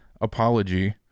apology